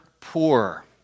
poor